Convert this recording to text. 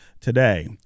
today